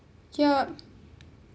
ya